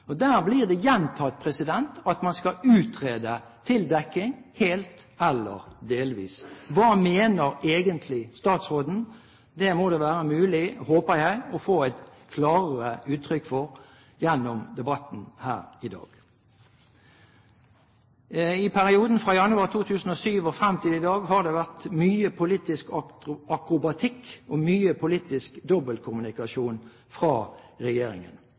Der blir det gjentatt at man skal utrede tildekking, helt eller delvis. Hva mener egentlig statsråden? Det må det være mulig, håper jeg, å få et klarere uttrykk for gjennom debatten her i dag. I perioden fra januar 2007 og frem til i dag har det vært mye politisk akrobatikk og mye politisk dobbeltkommunikasjon fra regjeringen,